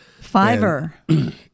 Fiverr